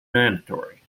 mandatory